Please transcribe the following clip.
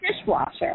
dishwasher